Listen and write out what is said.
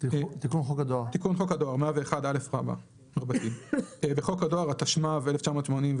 "תיקון חוק הדואר 101א. בחוק הדואר, התשמ"ו-1986,